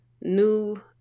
new